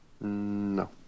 No